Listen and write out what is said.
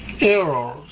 errors